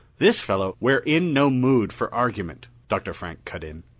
this fellow we're in no mood for argument, dr. frank cut in.